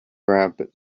rabbit